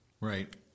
Right